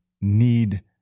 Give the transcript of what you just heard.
need